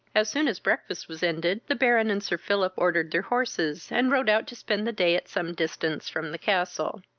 as soon as breakfast was ended, the baron and sir philip ordered their horses, and rode out to spend the day at some distance from the castle.